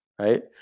right